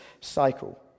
cycle